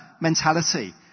mentality